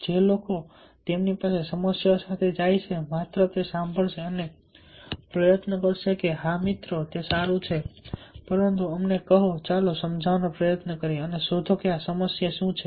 જે લોકો તેમની પાસે સમસ્યાઓ સાથે જાય છે માત્ર તે સાંભળશે અને તે પણ પ્રયત્ન કરશે કે હા મિત્રો તે સારું છેપરંતુ અમને કહો ચાલો સમજવાનો પ્રયત્ન કરીએ અને શોધો કે આ સમસ્યા શું છે